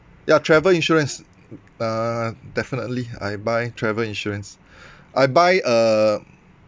ya travel insurance uh definitely I buy travel insurance I buy uh